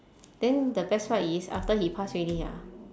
then the best part is after he pass already ah